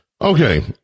okay